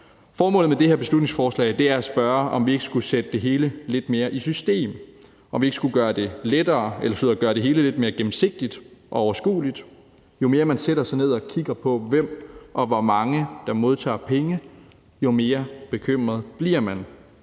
Formålet med det her beslutningsforslag er at spørge, om vi ikke skulle sætte det hele lidt mere i system, og om vi ikke skulle gøre det hele lidt mere gennemsigtigt og overskueligt. Jo mere man sætter sig ned og kigger på, hvem og hvor mange der modtager penge, jo mere bekymret bliver man.